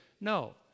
No